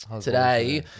Today